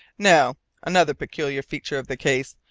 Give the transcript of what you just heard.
now another peculiar feature of the case,